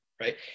right